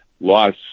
loss